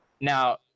Now